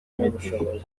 imiti